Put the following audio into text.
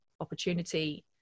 opportunity